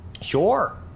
Sure